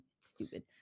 stupid